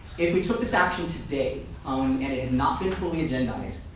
if we took this action today and it not been fully agendized,